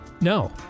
No